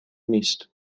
نیست